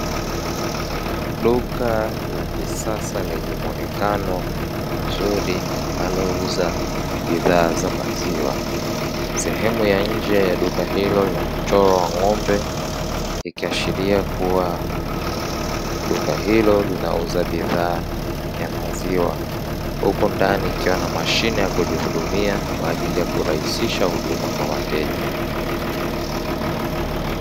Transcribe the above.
Duka la kisasa lenye muonekano mzuri linalouza bidhaa za maziwa, sehemu ya nje ya duka hilo amechorwa ng’ombe ikiashiria kuwa duka hilo linauza bidhaa ya maziwa; huku ndani ikiwa na Mashine ya kujihudumia kwa ajili ya kurahisisha huduma kwa wateja.